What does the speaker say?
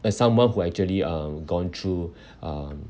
as someone who actually uh gone through um